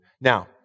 Now